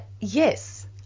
Yes